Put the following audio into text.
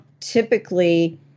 typically